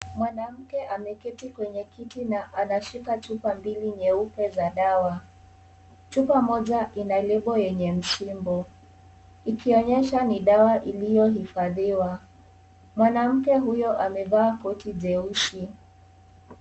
Mwanamke ameketi kwenye kiti na anashika chupa mbili nyeupe za dawa. Chupa moja ina lebo yenye msimbo ikionyesha ni dawa iliyohifadhiwa. Mwanamke huyo amevaa koti jeusi.